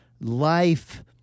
life